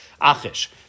Achish